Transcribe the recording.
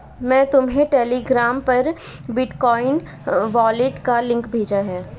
मैंने तुम्हें टेलीग्राम पर बिटकॉइन वॉलेट का लिंक भेजा है